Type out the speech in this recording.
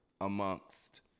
amongst